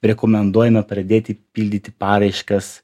rekomenduojame pradėti pildyti paraiškas